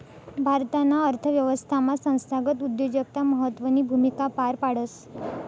भारताना अर्थव्यवस्थामा संस्थागत उद्योजकता महत्वनी भूमिका पार पाडस